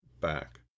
back